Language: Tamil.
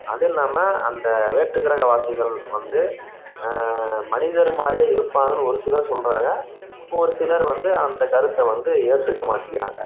அதுவும் இல்லாமல் அந்த வேற்றுக்கிரகவாசிகள் வந்து மனிதர் மாதிரியே இருப்பாங்கன்னு ஒரு சிலர் சொல்கிறாங்க ஒரு சிலர் வந்து அந்த கருத்தை வந்து ஏற்றுக்க மாட்டேங்கிறாங்க